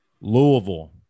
Louisville